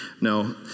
no